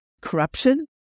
corruption